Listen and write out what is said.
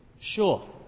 sure